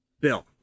Bill